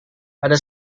ada